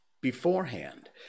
beforehand